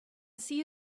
see